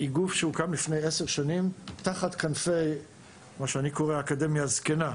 היא גוף שהוקם לפני 10 שנים תחת כנפי האקדמיה "הזקנה",